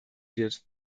wird